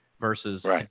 Versus